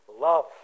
love